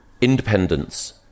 independence